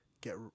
get